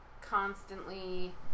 constantly